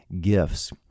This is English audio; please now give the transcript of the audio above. gifts